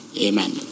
Amen